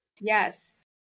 Yes